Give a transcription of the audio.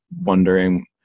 wondering